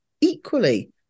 equally